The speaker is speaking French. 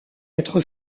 être